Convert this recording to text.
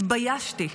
התביישתי.